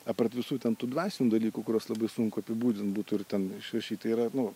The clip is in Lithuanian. apart visų ten tų dvasinių dalykų kuriuos labai sunku apibūdinti būtų ir ten išrašyt yra nu